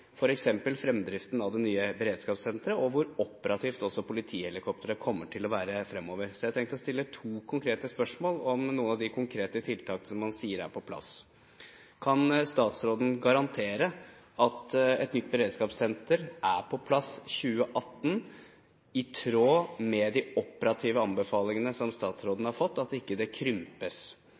f.eks. fremdriften av det nye beredskapssenteret, og hvor operativt politihelikopteret kommer til å være fremover. Jeg har tenkt å stille to konkrete spørsmål om noen av de konkrete tiltakene som man sier er på plass. Kan statsråden garantere at et nytt beredskapssenter er på plass i 2018, i tråd med de operative anbefalingene som statsråden har fått, at det ikke krympes?